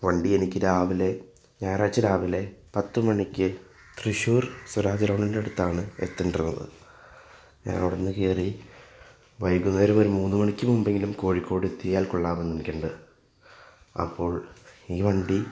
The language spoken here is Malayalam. വണ്ടി എനിക്ക് രാവിലെ ഞായറാഴ്ച രാവിലെ പത്ത് മണിക്ക് തൃശൂർ സ്വരാജ് ഗ്രൗണ്ടിൻ്റെ അടുത്താണ് എത്തേണ്ടത് ഞാൻ അവിടുന്ന് കയറി വൈകുന്നേരം ഒരു മൂന്നുമണിക്ക് മുമ്പെങ്കിലും കോഴിക്കോട് എത്തിയാൽ കൊള്ളാമെന്നെനിക്കുണ്ട് അപ്പോൾ ഈ വണ്ടി